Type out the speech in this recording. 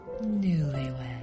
Newlyweds